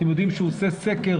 אתם יודעים שהוא עושה סקר,